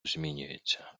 змінюється